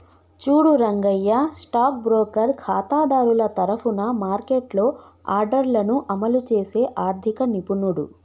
చూడు Rangayya stock broker ఖాతాదారుల తరఫున మార్కెట్లో ఆర్డర్లను అమలు చేసే ఆర్థిక నిపుణుడు